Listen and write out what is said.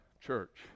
church